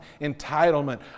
entitlement